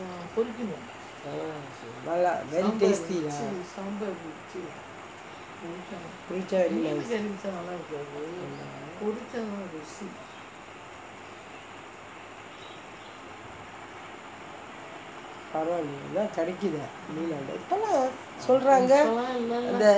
oh நல்லா:nalla very tasty lah பரவாலயே அதுலா கிடைக்குதே இப்பலாம் சொல்றாங்கே அந்த:paravalayae athulaa kidaikkuthae ippelaam solrangae antha